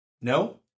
No